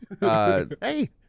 Hey